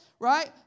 right